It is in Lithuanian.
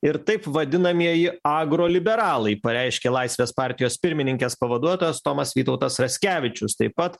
ir taip vadinamieji agro liberalai pareiškė laisvės partijos pirmininkės pavaduotojas tomas vytautas raskevičius taip pat